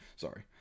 Sorry